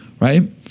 Right